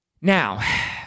Now